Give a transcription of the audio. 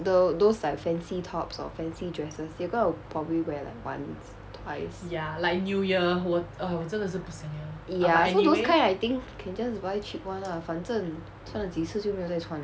the those like fancy tops of fancy dresses you gonna probably wear like once or twice ya so those kind I think can just buy cheap one lah 反正穿了几次就没有在穿